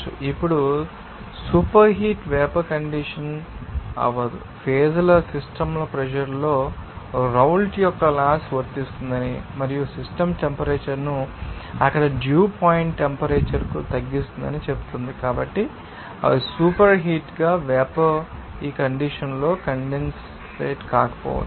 ఇప్పుడు superheat vapour condense అవ్వదు phase ల సిస్టమ్ ప్రెషర్ లో రౌల్ట్ యొక్క లాస్ వర్తిస్తుందని మరియు సిస్టమ్ టెంపరేచర్ ను అక్కడ డ్యూ పాయింట్ టెంపరేచర్ కు తగ్గిస్తుందని చెప్తుంది కాబట్టి అవి సూపర్హీట్ వేపర్ ఈ కండీషన్ లో కండెన్సేట్ కాకపోవచ్చు